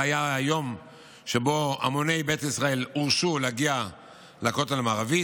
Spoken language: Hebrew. זה היה היום שבו המוני בית ישראל הורשו להגיע לכותל המערבי,